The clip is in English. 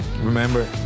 remember